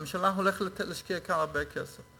הממשלה הולכת להשקיע כאן הרבה כסף.